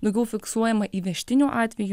daugiau fiksuojama įvežtinių atvejų